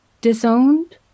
Disowned